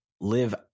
live